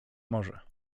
może